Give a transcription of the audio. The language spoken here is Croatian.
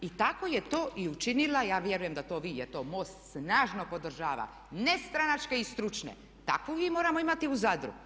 I tako je to i učinila, ja vjerujem da to vi jer to MOST snažno podržava nestranačke i stručne, tako moramo imati i u Zadru.